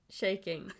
shaking